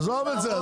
עזוב את זה.